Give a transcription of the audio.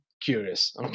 curious